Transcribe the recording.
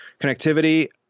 connectivity